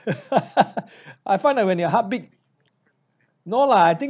I find that when your heart beat no lah I think